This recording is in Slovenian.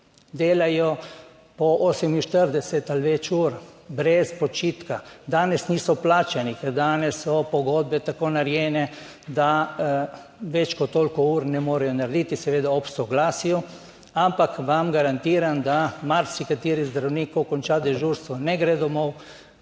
delajo po 48 ali več ur brez počitka, danes niso plačani, ker danes so pogodbe tako narejene, da več kot toliko ur ne morejo narediti, seveda ob soglasju, ampak vam garantiram, da marsikateri zdravnik, ko konča dežurstvo, ne gre domov,